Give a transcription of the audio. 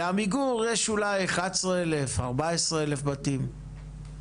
לעמיגור יש אולי 11,000-14,000 בתים.